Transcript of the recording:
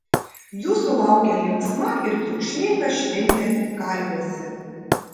jūsų laukia linksma ir triukšminga šventė kalviuose